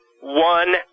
one